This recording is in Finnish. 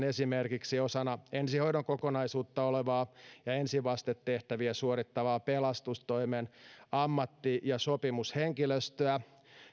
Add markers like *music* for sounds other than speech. *unintelligible* esimerkiksi osana ensihoidon kokonaisuutta olevaa ja ensivastetehtäviä suorittavaa pelastustoimen ammatti ja sopimushenkilöstöä